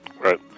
Right